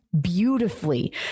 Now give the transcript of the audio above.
beautifully